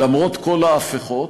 למרות כל ההפיכות,